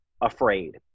Afraid